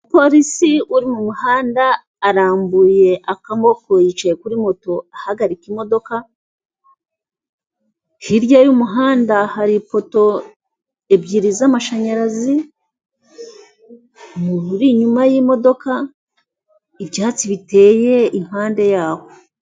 Umupolisi uri mu muhanda arambuye akaboko yicaye kuri moto ahagarika imodoka, hirya y'umuhanda hari ipoto ebyiri z'amashanyarazi, umuntu uri inyuma y'imodoka, ibyatsi biteye impande yaho.